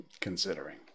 considering